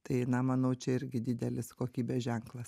tai na manau čia irgi didelis kokybės ženklas